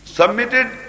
submitted